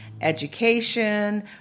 education